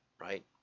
Right